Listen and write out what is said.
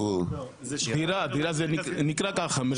זו דירה, זה נקרא ככה מרכז קליטה.